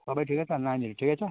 सबै ठिकै छ नानीहरू ठिकै छ